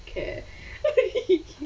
care